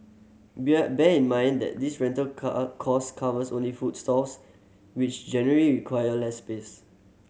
bear band in mind that this rental cost covers only food stalls which generally require less space